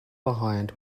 behind